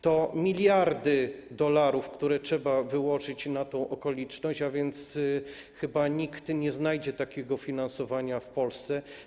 Chodzi o miliardy dolarów, które trzeba wyłożyć na tę okoliczność, a więc chyba nikt nie znajdzie takiego finansowania w Polsce.